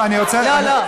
לא, אני רוצה, לא, לא.